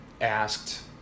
asked